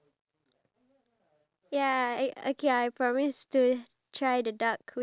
oh maybe jumping jumping like from very high buildings